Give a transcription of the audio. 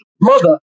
Mother